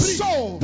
soul